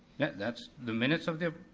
yeah that's the minutes of the,